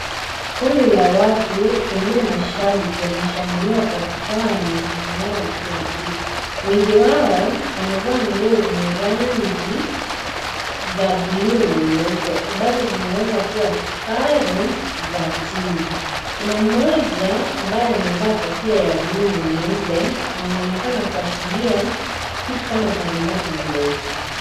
Kundi la watu, pengine mashabiki wanashangilia Kwa furaha na mikono yao ikiwa juu, wengi wao wamevaa nguo zenye rangi za bluu na nyeupe ambazo zinaweza kuwa sare za (CS)team(CS),kuna mmoja ambaye amevaa Kofia ya bluu na nyeupe na anaonekana kuashiria kitu kama tarumbeta ndogo.